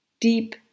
deep